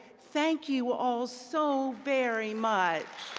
thank you all so very much.